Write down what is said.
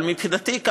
אבל מבחינתי,